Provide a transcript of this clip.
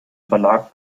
verlag